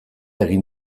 egin